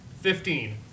Fifteen